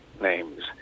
names